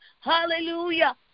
Hallelujah